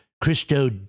Christo